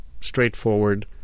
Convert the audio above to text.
straightforward